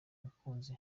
abakunzi